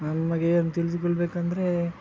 ನಮಗೇನು ತಿಳಿದುಕೊಳ್ಳಬೇಕಂದ್ರೆ